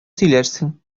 сөйләрсең